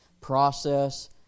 Process